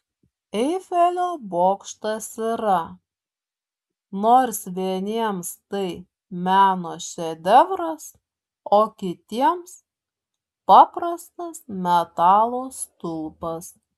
eifelio bokštas yra nors vieniems tai meno šedevras o kitiems paprastas metalo stulpas